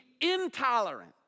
intolerant